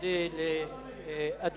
מודה לאדוני.